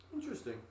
Interesting